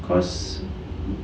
cause